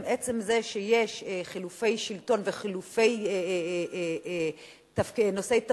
עצם זה שיש חילופי שלטון וחילופי נושאי תפקיד,